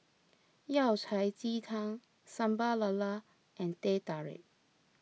Yao Cai Ji Tang Sambal Lala and Teh Tarik